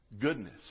Goodness